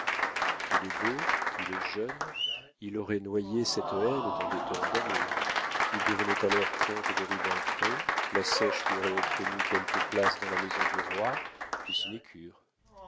il est beau il est jeune il aurait noyé cette haine dans des torrents d'amour il devenait alors comte de rubempré la seiche lui aurait obtenu quelque place dans la maison du roi des sinécures